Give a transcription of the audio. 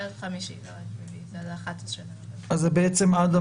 זה עד חמישי, לא עד רביעי.